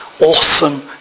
awesome